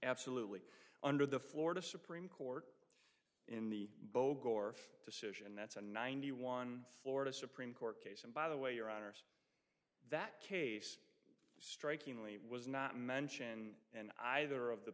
absolutely under the florida supreme court in the bogor decision that's a ninety one florida supreme court case and by the way your honors that case strikingly it was not mention and either of the